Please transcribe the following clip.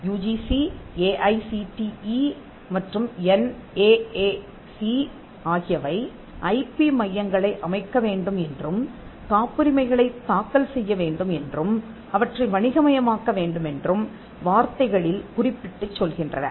UGC A I C T E மற்றும் N A A C ஆகியவை I P மையங்களை அமைக்க வேண்டும் என்றும் காப்புரிமைகளைத் தாக்கல் செய்ய வேண்டும் என்றும் அவற்றை வணிகமயமாக்க வேண்டுமென்றும் வார்த்தைகளில் குறிப்பிட்டுச் சொல்லுகின்றன